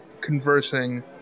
conversing